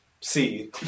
see